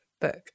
book